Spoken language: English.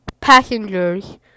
passengers